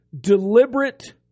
deliberate